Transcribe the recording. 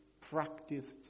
practiced